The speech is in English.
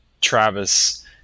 Travis